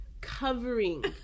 covering